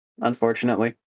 unfortunately